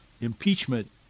impeachment